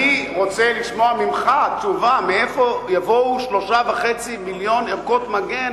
אני רוצה לשמוע ממך תשובה מאיפה יבואו 3.5 מיליוני ערכות מגן